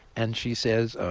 and she says,